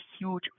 huge